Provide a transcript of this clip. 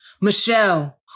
Michelle